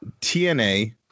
TNA